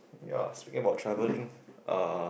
ya speaking about travelling uh